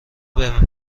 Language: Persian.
بهم